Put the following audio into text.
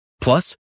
Plus